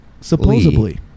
Supposedly